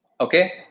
Okay